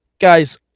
guys